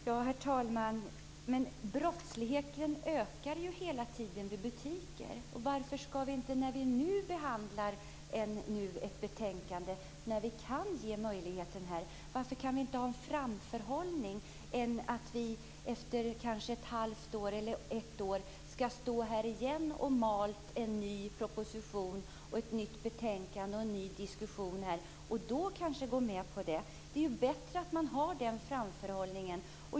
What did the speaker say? Herr talman! Brottsligheten ökar ju hela tiden i butikerna. Varför skall vi inte nu, när vi behandlar ett betänkande och kan ge möjligheten, ha en framförhållning i stället för att efter ett halvt eller ett år stå här igen och mala en ny proposition, ett nytt betänkande och en ny diskussion och sedan kanske gå med på det hela? Det är väl bättre att ha framförhållning?